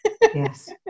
yes